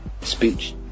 speech